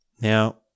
Now